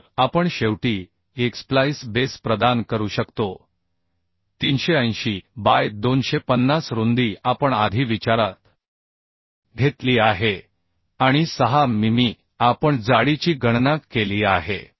तर आपण शेवटी एक स्प्लाइस बेस प्रदान करू शकतो 380 बाय 250 रुंदी आपण आधी विचारात घेतली आहे आणि 6 मिमी आपण जाडीची गणना केली आहे